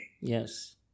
Yes